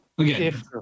Again